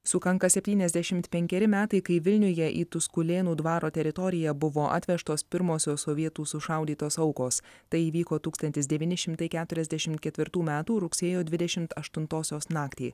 sukanka septyniasdešimt penkeri metai kai vilniuje į tuskulėnų dvaro teritoriją buvo atvežtos pirmosios sovietų sušaudytos aukos tai įvyko tūkstantis devyni šimtai keturiasdešimt ketvirtų metų rugsėjo dvidešimt aštuntosios naktį